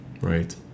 Right